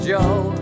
Joe